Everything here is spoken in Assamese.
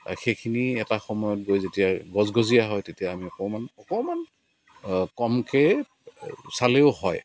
সেইখিনি এটা সময়ত গৈ যেতিয়া গজগজীয়া হয় তেতিয়া আমি অকণমান অকণমান কমকৈ চালেও হয়